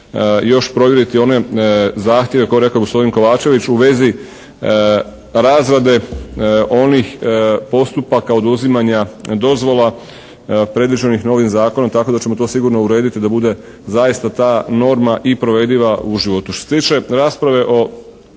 još provjeriti one zahtjeve koje je rekao gospodin Kovačević u vezi razrade onih postupaka oduzimanja dozvola predviđenih novim zakonom tako da ćemo to sigurno urediti da bude zaista ta norma i provediva u životu.